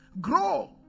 Grow